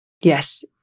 Yes